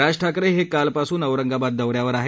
राज ठाकरे हे कालपासून औरंगाबाद दौऱ्यावर आहेत